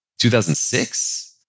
2006